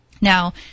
Now